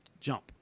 jump